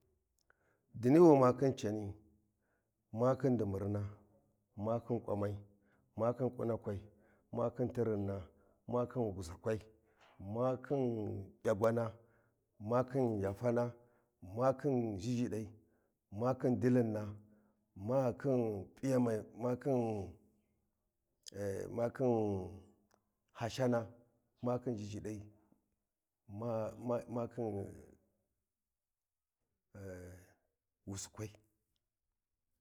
Dini wa ma khin cani, ma khin diburna, ma khin kwamai, ma khin ƙunakwai, ma khin tirinna, ma khin whusakwa, ma khin begwana makhin gyiyafana, ma khin zhizhidai, makhin dilinna, makhin p’iyamai, makhin eh makhin hashana makhin zhizhidai makhin wusikwai.